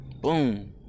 Boom